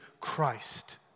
Christ